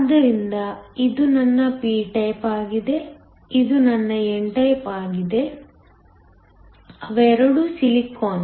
ಆದ್ದರಿಂದ ಇದು ನನ್ನ p ಟೈಪ್ ಆಗಿದೆ ಇದು ನನ್ನ n ಟೈಪ್ ಆಗಿದೆ ಅವೆರಡೂ ಸಿಲಿಕಾನ್